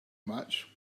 much